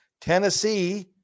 Tennessee